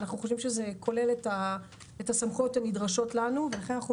אנחנו חושבים שזה כולל את הסמכויות הנדרשות לנו ולכן אנחנו